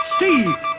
Steve